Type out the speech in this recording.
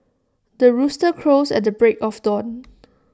the rooster crows at the break of dawn